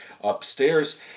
upstairs